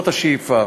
זאת השאיפה.